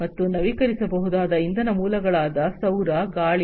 ಮತ್ತು ನವೀಕರಿಸಬಹುದಾದ ಇಂಧನ ಮೂಲಗಳಾದ ಸೌರ ಗಾಳಿ